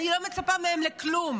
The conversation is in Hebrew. אני לא מצפה מהם לכלום,